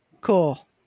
Cool